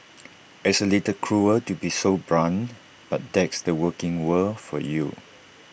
it's A little cruel to be so blunt but that's the working world for you